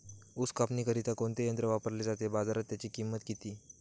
ऊस कापणीकरिता कोणते यंत्र वापरले जाते? बाजारात त्याची किंमत किती?